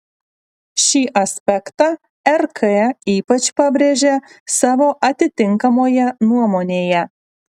šį aspektą rk ypač pabrėžė savo atitinkamoje nuomonėje